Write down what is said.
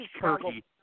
turkey